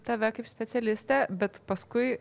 tave kaip specialistę bet paskui